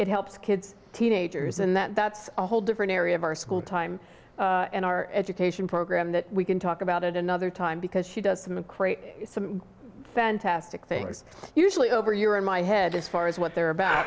it helps kids teenagers and that's a whole different area of our school time in our education program that we can talk about it another time because she doesn't create some fantastic things usually over your in my head as far as what they're about